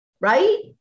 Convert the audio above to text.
Right